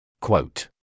Quote